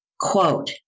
Quote